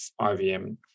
IVM